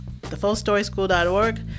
thefullstoryschool.org